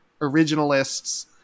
originalists